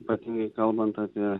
ypatingai kalbant apie